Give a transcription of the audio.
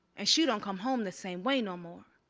and she don't come home the same way no more.